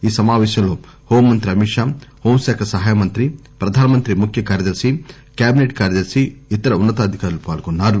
ఈ సమావేశంలో హోంమంత్రి అమిత్ షా హోంశాఖ సహాయ మంత్రి ప్రధానమంత్రి ముఖ్య కార్యదర్శి క్యాబిసెట్ కార్యదర్శి ఇతర ఉన్న తాధికారులు పాల్గొన్నారు